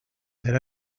there